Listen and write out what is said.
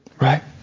Right